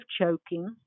choking